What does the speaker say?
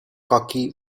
khaki